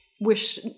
Wish